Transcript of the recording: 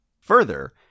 Further